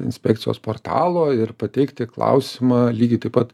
inspekcijos portalo ir pateikti klausimą lygiai taip pat